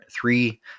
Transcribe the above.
three